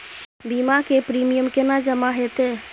बीमा के प्रीमियम केना जमा हेते?